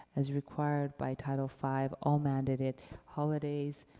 as required by title five, all mandated holidays,